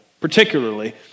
particularly